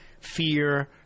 fear